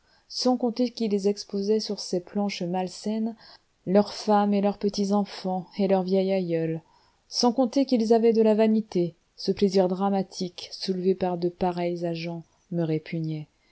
sans compter qu'ils exposaient sur ces planches malsaines leurs femmes et leurs petits enfants et leur vieil aïeul sans compter qu'ils avaient de la vanité ce plaisir dramatique soulevé par de pareils agents me répugnait